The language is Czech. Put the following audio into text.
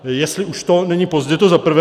Jestli už to není pozdě, to za prvé.